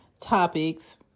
topics